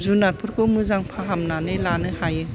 जुनातफोरखौ मोजां फाहामनानै लानो हायो